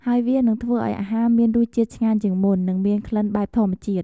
ហើយវានិងធ្វើឱ្យអាហារមានរសជាតិឆ្ងាញ់ជាងមុន និងមានក្លិនបែបធម្មជាតិ។